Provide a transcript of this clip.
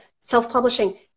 self-publishing